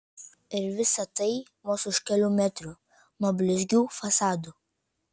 ir visa tai vos už kelių metrų nuo blizgių fasadų